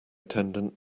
attendant